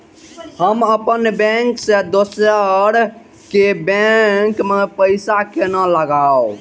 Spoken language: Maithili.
हम अपन बैंक से दोसर के बैंक में पैसा केना लगाव?